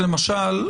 שלמשל,